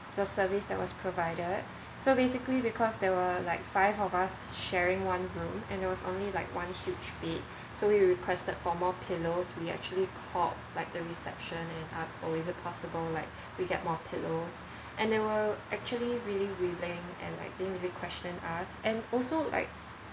the service that was provided so basically because there were like five of us sharing one room and there was only like one huge bed so we requested for more pillow we actually called like the reception and asked oh is it possible like we get more pillows and they were actually really willing and like didn't really question us and also like